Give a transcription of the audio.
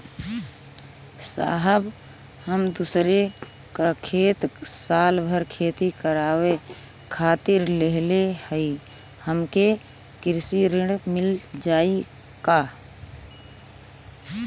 साहब हम दूसरे क खेत साल भर खेती करावे खातिर लेहले हई हमके कृषि ऋण मिल जाई का?